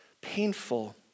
painful